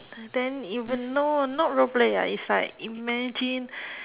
then even no not roleplay lah is like imagine